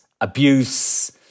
abuse